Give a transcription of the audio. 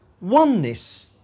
oneness